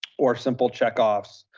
or simple check-offs.